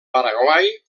paraguai